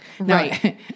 Right